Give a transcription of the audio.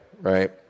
right